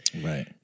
Right